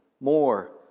more